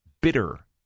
bitter